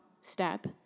step